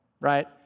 right